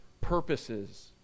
purposes